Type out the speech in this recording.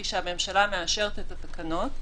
היא שהממשלה מאשרת את התקנות,